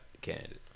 candidate